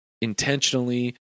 intentionally